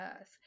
earth